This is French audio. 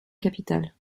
capital